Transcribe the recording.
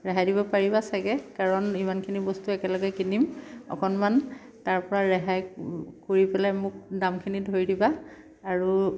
ৰেহাই দিব পাৰিবা চাগে কাৰণ ইমানখিনি বস্তু একেলগে কিনিম অকণমান তাৰ পৰা ৰেহাই কৰি পেলাই মোক দামখিনি ধৰি দিবা আৰু